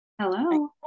Hello